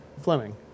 Fleming